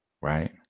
Right